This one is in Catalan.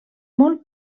molt